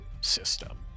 system